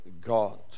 God